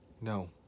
no